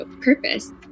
purpose